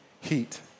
heat